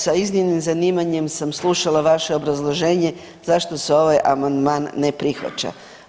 Sa iznimnim zanimanjem sam slušala vaše obrazloženje zašto se ovaj amandman ne prihvaća.